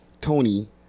Tony